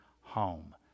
home